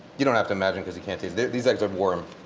you don't have to imagine, because you can't taste these eggs are warm.